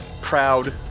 proud